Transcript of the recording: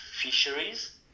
fisheries